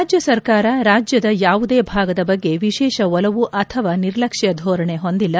ರಾಜ್ಞ ಸರ್ಕಾರ ರಾಜ್ಯದ ಯಾವುದೇ ಭಾಗದ ಬಗ್ಗೆ ವಿಶೇಷ ಒಲವು ಅಥವಾ ನಿರ್ಲಕ್ಷ್ಯ ಧೋರಣೆ ಹೊಂದಿಲ್ಲ